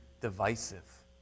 divisive